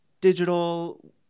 digital